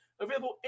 Available